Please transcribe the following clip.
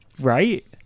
right